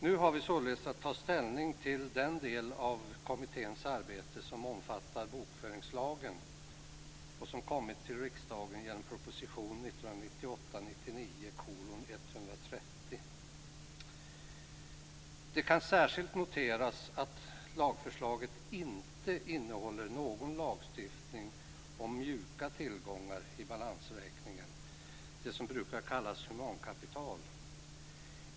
Nu har vi således att ta ställning till den del av kommitténs arbete som omfattar bokföringslagen och som kommit till riksdagen genom proposition 1998/99:130. Det kan särskilt noteras att lagförslaget inte innehåller någon lagstiftning om "mjuka tillgångar" i balansräkningen - det som brukar kallas humankapital.